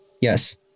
Yes